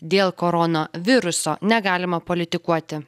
dėl koronaviruso negalima politikuoti